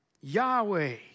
Yahweh